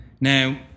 now